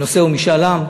הנושא הוא משאל עם?